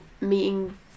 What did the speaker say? meeting